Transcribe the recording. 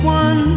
one